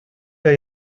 wir